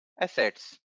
assets